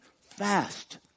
fast